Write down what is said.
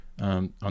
on